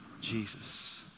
Jesus